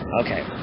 Okay